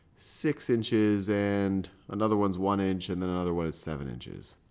six inches, and another one's one inch, and and another one is seven inches.